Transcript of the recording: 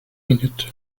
minutes